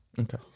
okay